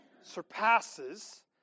surpasses